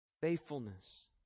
faithfulness